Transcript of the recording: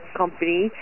company